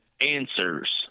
answers